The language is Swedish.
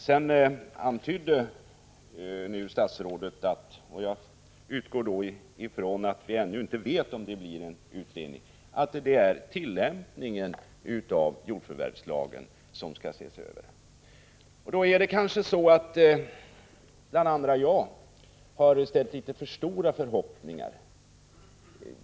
Statsrådet antydde nu — och jag utgår från att man ännu inte vet om det blir en utredning — att det är tillämpningen av jordförvärvslagen som skall ses över. Då är det kanske så att jag och många andra har hyst för stora förhoppningar.